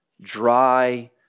dry